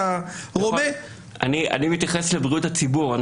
אני מתייחס לבריאות הציבור.